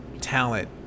talent